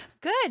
Good